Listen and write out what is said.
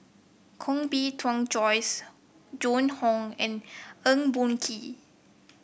Koh Bee Tuan Joyce Joan Hon and Eng Boh Kee